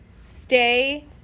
stay